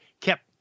kept